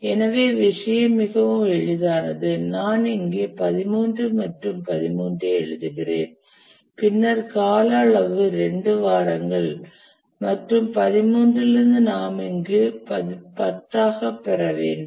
எனவே விஷயம் மிகவும் எளிதானது நான் இங்கே 13 மற்றும் 13 ஐ எழுதுகிறோம் பின்னர் கால அளவு 2 வாரங்கள் மற்றும் 13 இலிருந்து நாம் இங்கு 10 ஆக பெற வேண்டும்